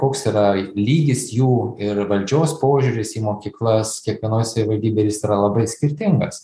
koks yra lygis jų ir valdžios požiūris į mokyklas kiekvienoj savivaldybėj ir jis yra labai skirtingas